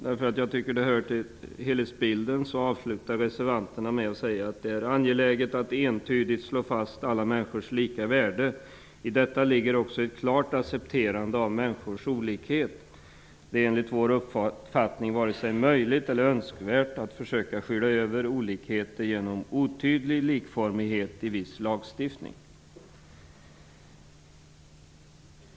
Eftersom jag tycker att det hör till helhetsbilden vill jag också nämna att reservationen avslutas med konstaterandet att det är angeläget att entydigt slå fast alla människors lika värde. I detta ligger ett klart accepterande av människors olikhet. Det är enligt vår uppfattning varken möjligt eller önskvärt att försöka skyla över olikheter genom otydlig likformighet i viss lagstiftning.